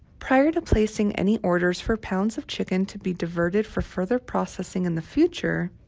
prior to placing any orders for pounds of chicken to be diverted for further processing in the future,